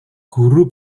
guru